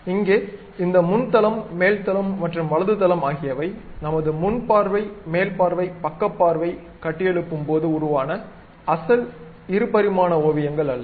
இங்கே இந்த முன் தளம் மேல் தளம் மற்றும் வலது தளம் ஆகியவை நமது முன் பார்வை மேல் பார்வை பக்ககப் பார்வை கட்டியெழுப்பும்போது உருவான அசல் இரு பரிமாண ஓவியங்கள் அல்ல